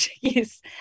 yes